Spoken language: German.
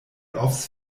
offs